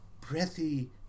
breathy